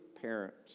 parents